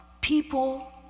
people